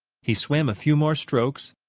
he swam a few more strokes.